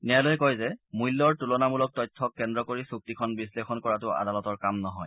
ন্যায়ালয়ে কয় যে মূল্যৰ তুলামূলক তথ্যক কেন্দ্ৰ কৰি চুক্তিখন বিশ্লেষণ কৰাতো আদালতৰ কাম নহয়